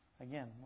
again